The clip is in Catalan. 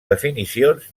definicions